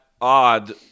odd